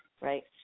right